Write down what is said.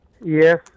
Yes